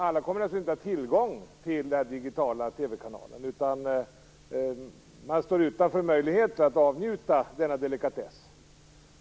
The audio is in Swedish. Alla kommer naturligtvis inte att ha tillgång till den digitala TV-kanalen, utan man står utanför möjligheten att avnjuta denna delikatess.